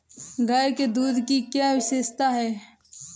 गाय के दूध की क्या विशेषता है?